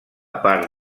part